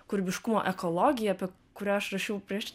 kūrybiškumo ekologiją apie kurią aš rašiau prieš